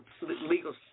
legal